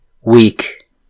weak